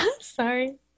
Sorry